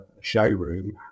showroom